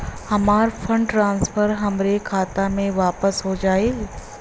हमार fund transfer हमरे खाता मे वापस हो गईल